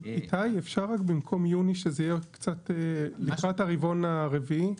אפשר שבמקוום יוני זה יהיה לקראת הרבעון הרביעי?